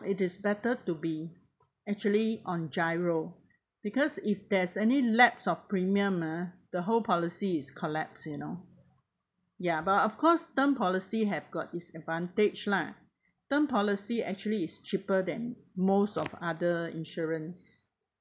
it is better to be actually on GIRO because if there's any lapse of premium ah the whole policy is collapse you know ya but of course term policy have got its advantage lah term policy actually is cheaper than most of other insurance